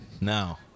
Now